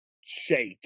shake